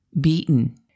beaten